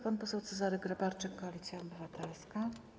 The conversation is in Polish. Pan poseł Cezary Grabarczyk, Koalicja Obywatelska.